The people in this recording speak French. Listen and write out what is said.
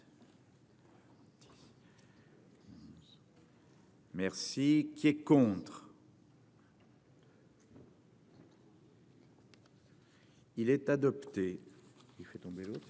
Merci qui est contre. Il est adopté,